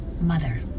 mother